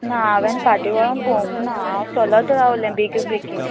ना हांवेन फाटी वळोन पोवंक ना हांव चलत रावलें बेगीन बेगीन